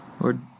Lord